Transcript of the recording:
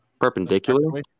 perpendicular